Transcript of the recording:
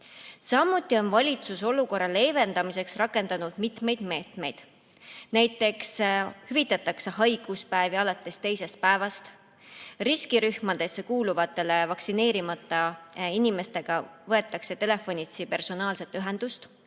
Samuti on valitsus olukorra leevendamiseks rakendanud mitmeid meetmeid. Näiteks hüvitatakse haiguspäevi alates teisest päevast. Riskirühmadesse kuuluvate vaktsineerimata inimestega võetakse telefonitsi personaalselt ühendust.